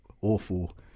awful